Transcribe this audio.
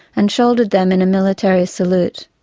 and shouldered them in a military salute.